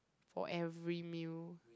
for every meal